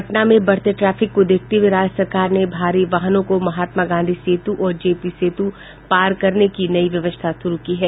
पटना में बढ़ते ट्रैफिक को देखते हुए राज्य सरकार ने भारी वाहनों को महात्मा गांधी सेतु और जे पी सेतु पार करने की नई व्यवस्था शुरू की है